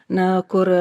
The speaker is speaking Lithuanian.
na kur